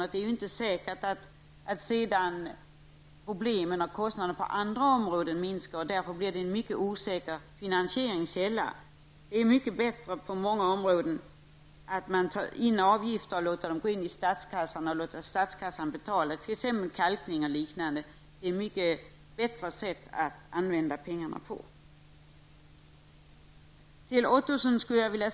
Samtidigt är det inte säkert att problemen och kostnaderna minskar på andra områden, och det gör alltså finansieringen osäker. Det är mycket bättre att låta avgifterna gå in i statskassan, som därefter får betala för kalkning och annat. Roy Ottosson talade om överstatliga beslut.